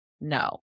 No